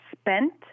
Spent